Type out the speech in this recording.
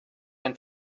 ein